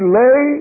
lay